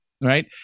right